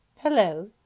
Hello